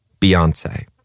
Beyonce